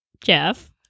Jeff